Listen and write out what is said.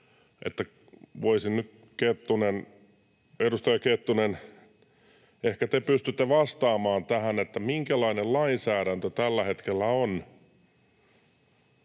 edustaja Kettunen, ehkä te pystytte vastaamaan tähän: minkälainen lainsäädäntö tällä hetkellä on